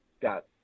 got